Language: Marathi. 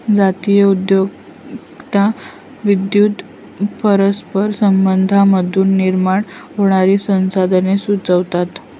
जातीय उद्योजकता विद्वान परस्पर संबंधांमधून निर्माण होणारी संसाधने सुचवतात